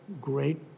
great